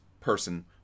person